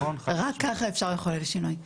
רק ככה אפשר לחולל שינוי.